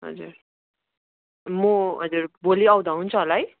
हजुर म हजुर भोलि आउँदा हुन्छ होला है